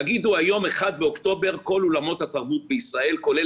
תגידו היום ב-1 באוקטובר כל אולמות התרבות כולל